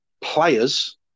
players